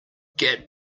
get